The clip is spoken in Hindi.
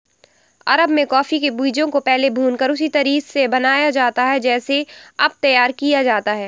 अरब में कॉफी के बीजों को पहले भूनकर उसी तरह से बनाया जाता था जैसे अब तैयार किया जाता है